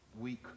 Weak